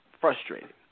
frustrated